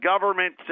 government